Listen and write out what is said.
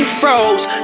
froze